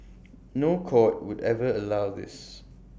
no court would ever allow this